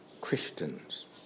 Christians